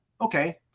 okay